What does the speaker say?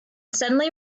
suddenly